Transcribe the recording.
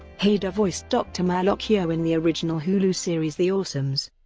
hader voiced dr. malocchio in the original hulu series the awesomes.